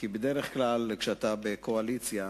כי בדרך כלל כשאתה בקואליציה,